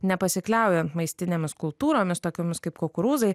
nepasikliaujant maistinėmis kultūromis tokiomis kaip kukurūzai